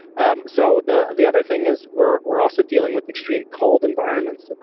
um so the the other thing is we're we're also dealing with extreme cold environments.